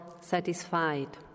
satisfied